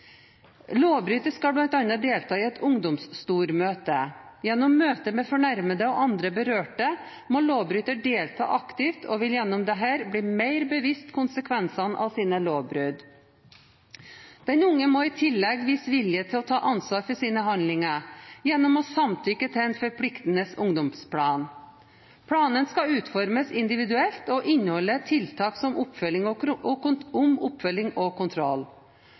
Lovbryter skal bl.a. delta i et ungdomsstormøte. Gjennom møte med fornærmede og andre berørte må lovbryter delta aktivt og vil gjennom dette bli mer bevisst konsekvensene av sine lovbrudd. Den unge må i tillegg vise vilje til å ta ansvar for sine handlinger gjennom å samtykke til en forpliktende ungdomsplan. Planen skal utformes individuelt og inneholde tiltak om oppfølging og kontroll.